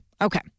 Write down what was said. Okay